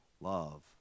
love